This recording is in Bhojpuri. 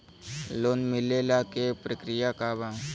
लोन मिलेला के प्रक्रिया का बा?